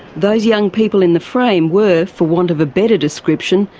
those young people in the frame were, for want of a better description,